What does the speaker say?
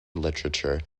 literature